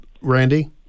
Randy